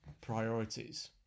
priorities